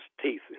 teeth